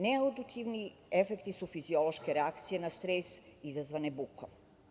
Ne auditivni efekti su fiziološke reakcije na stres izazvane bukom.